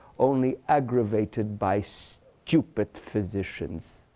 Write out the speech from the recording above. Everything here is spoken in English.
only aggravated by so stupid physicians.